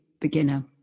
beginner